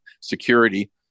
security